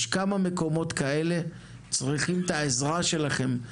יש כמה מקומות כאלה וצריכים את העזרה שלכם.